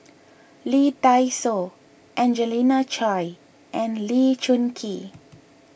Lee Dai Soh Angelina Choy and Lee Choon Kee